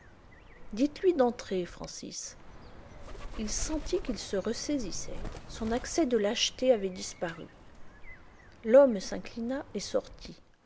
dites-lui d'entrer francis il sentit qu'il se ressaisissait son accès de lâcheté avait disparu l'homme s'inclina et sortit